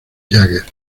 jagger